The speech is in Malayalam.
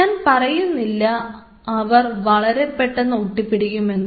ഞാൻ പറയുന്നില്ല അവർ വളരെ പെട്ടെന്ന് ഒട്ടി പിടിക്കുമെന്ന്